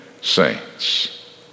saints